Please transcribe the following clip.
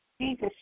Jesus